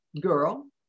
girl